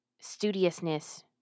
studiousness